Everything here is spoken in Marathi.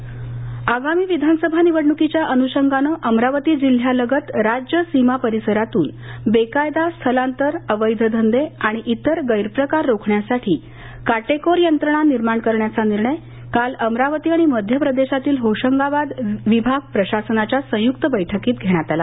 निवडण्क घ्सखोरी आगामी विधानसभा निवडणुकीच्या अनुषंगानं अमरावती जिल्ह्यालगत राज्य सीमा परिसरातून बेकायदा स्थलांतर अवैध धंदे आणि इतर गैरप्रकार रोखण्यासाठी काटेकोर यंत्रणा निर्माण करण्याचा निर्णय काल अमरावती आणि मध्यप्रदेशातील होशंगाबाद विभाग प्रशासनाच्या संयुक्त बैठकीत घेण्यात आला